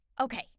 Okay